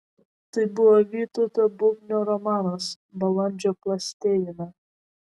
tai buvo vytauto bubnio romanas balandžio plastėjime